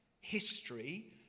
history